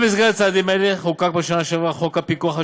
במסגרת צעדים אלה חוקק בשנה שעברה חוק הפיקוח על